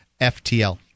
FTL